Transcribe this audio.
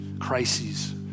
crises